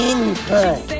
Input